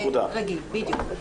בדיוק.